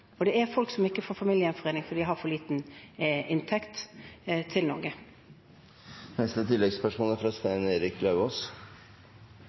og det er folk som ikke får innvilget familiegjenforening i Norge, fordi de har for lav inntekt.